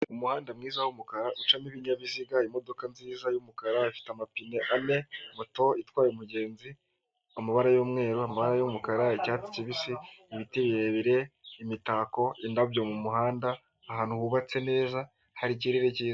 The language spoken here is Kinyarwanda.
Umuhanda mwiza w'umukara ucamo ibinyabiziga imodoka nziza yumukara ifite amapine ane moto itwaye umugenzi amabara y'umweru amabara y'umukara icyatsi kibisi, ibiti birebire imitako, indabyo mu muhanda ahantu hubatse neza hari ikirere cyiza.